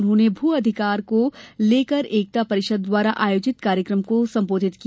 उन्होंने भू अधिकार को लेकर एकता परिषद द्वारा आयोजित कार्यक्रम को संबोधित किया